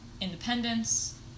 Independence